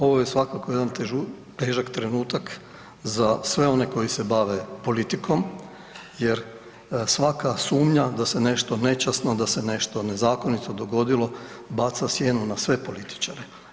Ovo je svakako jedan težak trenutak za sve one koji se bave politikom jer svaka sumnja da se nešto nečasno, da se nešto nezakonito dogodilo baca sjenu na sve političare.